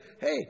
hey